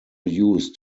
used